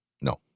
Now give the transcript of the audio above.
no